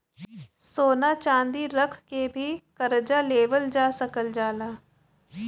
सोना चांदी रख के भी करजा लेवल जा सकल जाला